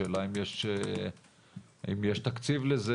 השאלה האם יש תקציב לזה?